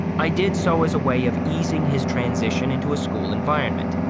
i did so as a way of easing his transition into a school environment.